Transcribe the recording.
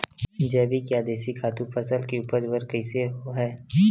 जैविक या देशी खातु फसल के उपज बर कइसे होहय?